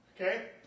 Okay